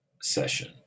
session